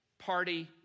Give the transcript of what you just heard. party